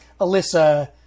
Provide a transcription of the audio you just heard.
Alyssa